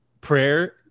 prayer